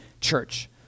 church